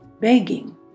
begging